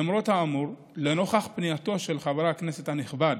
למרות האמור, לנוכח פנייתו של חבר הכנסת הנכבד